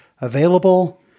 available